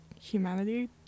humanity